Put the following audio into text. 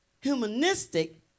humanistic